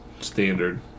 standard